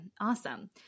Awesome